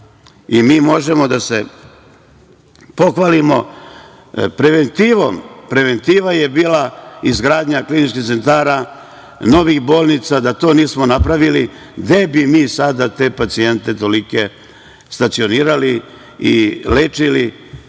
Mi možemo da se pohvalimo preventivom. Preventiva je bila izgradnja kliničkih centara, novih bolnica. Da to nismo napravili, gde bi mi sada te pacijente tolike stacionirali i lečili?